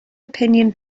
opinion